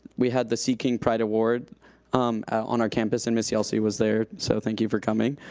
we had the sea king pride award on our campus and miss yelsey was there, so thank you for coming.